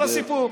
זה כל הסיפור.